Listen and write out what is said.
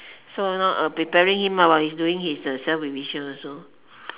so now I preparing him while he's doing his self revision also